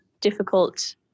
difficult